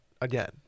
again